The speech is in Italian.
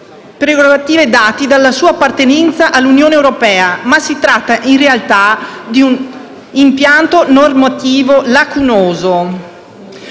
prerogative dati dalla sua appartenenza all'Unione europea, ma si tratta in realtà di un impianto normativo lacunoso.